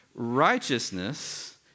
Righteousness